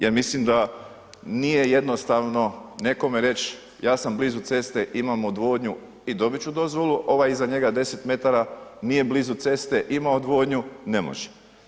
Ja mislim da nije jednostavno nekome reć, ja sam blizu ceste, imam odvodnju i dobit ću dozvolu, ovaj iza njega 10 m nije blizu ceste, ima odvodnju, ne može.